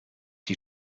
die